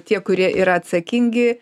tie kurie yra atsakingi